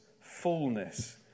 fullness